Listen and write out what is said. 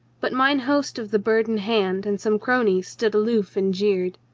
but mine host of the bird in hand and some cronies stood aloof and jeered.